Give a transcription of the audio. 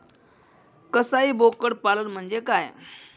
कसाई बोकड पालन म्हणजे काय?